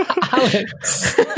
Alex